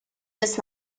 des